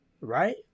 Right